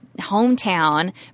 hometown